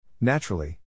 Naturally